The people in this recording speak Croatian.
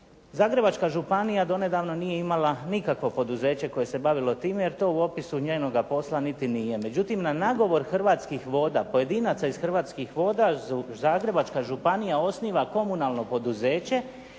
Zagrebačka županija donedavno nije imala nikakvo poduzeće koje se bavilo time, jer to u opisu njenoga posla niti nije. Međutim, na nagovor Hrvatskih voda, pojedinaca iz Hrvatskih voda Zagrebačka županija osniva komunalno poduzeće